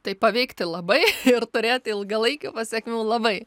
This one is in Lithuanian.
tai paveikti labai ir turėti ilgalaikių pasekmių labai